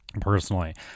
personally